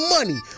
Money